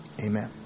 Amen